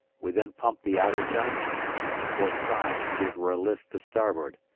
we then pumped the outer diving tanks on the port side to give her a list to starboard.